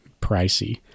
pricey